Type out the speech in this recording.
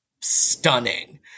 stunning